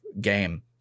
game